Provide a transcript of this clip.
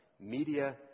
Media